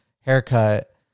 haircut